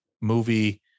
movie